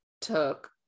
took